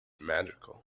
magical